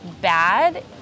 bad